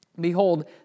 Behold